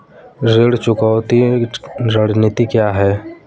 ऋण चुकौती रणनीति क्या है?